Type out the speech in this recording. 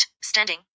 standing